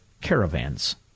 caravans